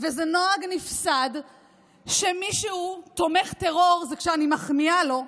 נפסד שתומך טרור, ואני מחמיאה לו,